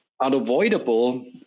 unavoidable